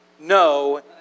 no